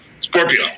Scorpio